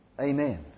Amen